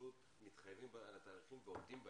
פשוט מתחייבים על תאריכים ועומדים בהם.